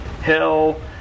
Hell